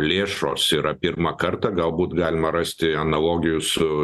lėšos yra pirmą kartą galbūt galima rasti analogijų su